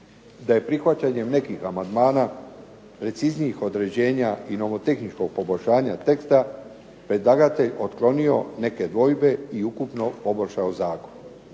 da je prihvaćanjem nekih amandmana preciznijih određenje i nomotehničkog poboljšanja teksta predlagatelj otklonio neke dvojbe i ukupno poboljšao zakon.